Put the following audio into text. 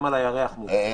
גם על הירח מותר.